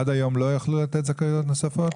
עד היום לא יכלו לתת זכאויות נוספות?